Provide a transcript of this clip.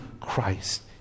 Christ